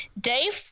Dave